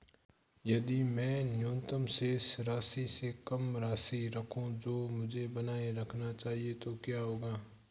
यदि मैं न्यूनतम शेष राशि से कम राशि रखूं जो मुझे बनाए रखना चाहिए तो क्या होगा?